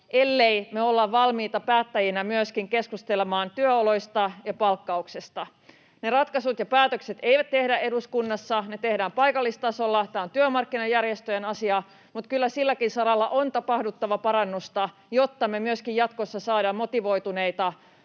ellemme me ole valmiita päättäjinä myöskin keskustelemaan työoloista ja palkkauksesta. Niitä ratkaisuja ja päätöksiä ei tehdä eduskunnassa, ne tehdään paikallistasolla. Tämä on työmarkkinajärjestöjen asia. Mutta kyllä silläkin saralla on tapahduttava parannusta, jotta me myöskin jatkossa saadaan motivoituneita